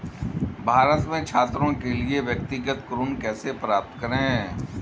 भारत में छात्रों के लिए व्यक्तिगत ऋण कैसे प्राप्त करें?